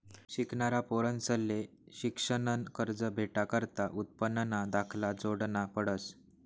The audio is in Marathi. शिकनारा पोरंसले शिक्शननं कर्ज भेटाकरता उत्पन्नना दाखला जोडना पडस